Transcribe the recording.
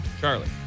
Charlie